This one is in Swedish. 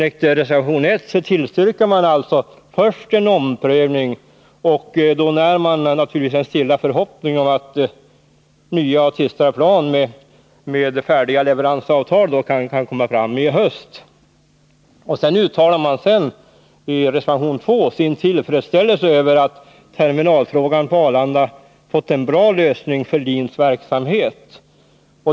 I reservation 1 tillstyrker man en omprövning, och då när man naturligtvis en stilla förhoppning om att nya och tystare plan med färdiga leveransavtal kan komma fram i höst. Sedan uttalar man i reservation 2 sin tillfredsställelse över att terminalfrågan på Arlanda fått en bra lösning för LIN:s verksamhet.